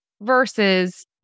versus